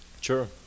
Sure